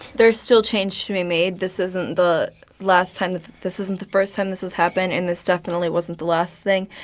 there's still change to be made. this isn't the last time that this isn't the first time this has happened. and this definitely wasn't the last thing,